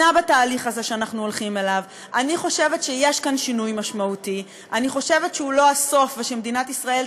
אני רוצה להודות לחבר הכנסת סמוטריץ,